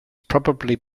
probably